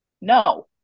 No